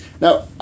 Now